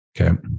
Okay